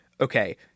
okay